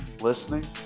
listening